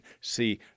see